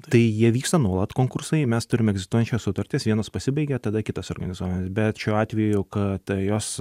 tai jie vyksta nuolat konkursai mes turime egzistuojančias sutartis vienos pasibaigia tada kitos organizuojamos bet šiuo atveju kad jos